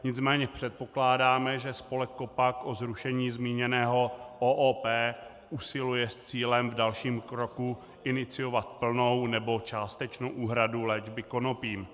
Nicméně předpokládáme, že spolek KOPAC o zrušení zmíněného OOP usiluje s cílem v dalším kroku iniciovat plnou nebo částečnou úhradu léčby konopím.